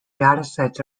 datasets